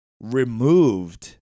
removed